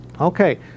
Okay